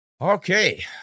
Okay